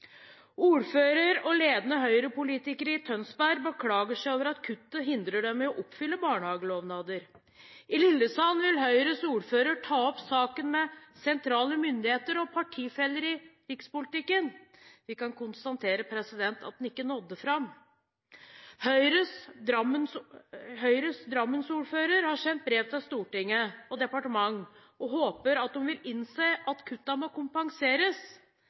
og ledende Høyre-politikere i Tønsberg beklager seg over at kuttet hindrer dem i å oppfylle barnehagelovnader. I Lillesand vil Høyres ordfører ta opp saken med sentrale myndigheter og partifeller i rikspolitikken. Vi kan konstatere at han ikke nådde fram. Høyres Drammen-ordfører har sendt brev til Stortinget og departementet og håper at de vil innse at kuttene må kompenseres.